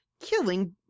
killing